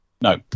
No